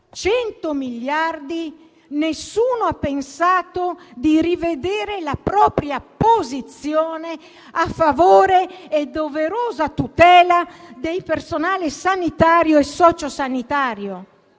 100 miliardi di euro, nessuno ha pensato di rivedere la propria posizione a favore e doverosa tutela del personale sanitario e socio-sanitario?